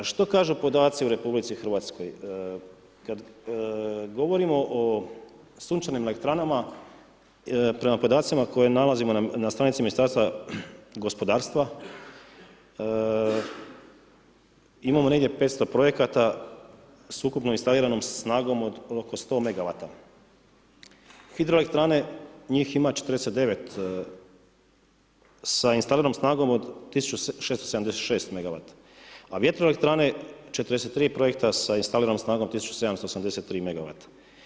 Što kažu podaci u RH, kad govorimo o sunčanim elektranama, prema podacima koje nalazimo na stranici Ministarstva gospodarstva, imamo negdje 500 projekata s ukupno instaliranom snagom od oko 100 megawata, hidroelektrane njih ima 49 sa instaliranom snagom od 1.676 megawata, a vjetroelektrane 43 projekta sa instaliranom snagom 1.783 megawata.